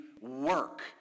work